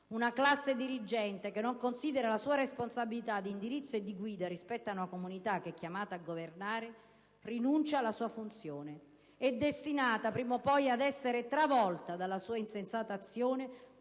Una classe dirigente che non considera la sua responsabilità di indirizzo e di guida rispetto ad una comunità che è chiamata a governare rinuncia alla sua funzione ed è destinata prima o poi ad essere travolta dalla sua stessa azione